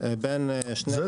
בין שני